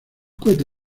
cohete